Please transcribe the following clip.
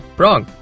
wrong